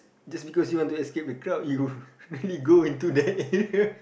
just because you want to escape the crowd you really go into the area